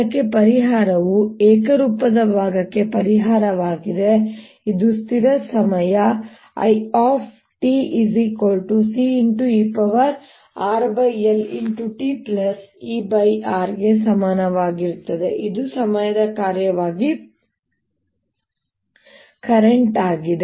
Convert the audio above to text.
ಇದಕ್ಕೆ ಪರಿಹಾರವು ಏಕರೂಪದ ಭಾಗಕ್ಕೆ ಪರಿಹಾರವಾಗಿದೆ ಇದು ಸ್ಥಿರ ಸಮಯಗಳು ItCe RLtR ಗೆ ಸಮಾನವಾಗಿರುತ್ತದೆ ಇದು ಸಮಯದ ಕಾರ್ಯವಾಗಿ ಕರೆಂಟ್ ಆಗಿದೆ